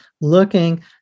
looking